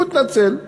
הוא התנצל.